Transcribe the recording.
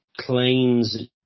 claims